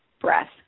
breath